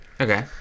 Okay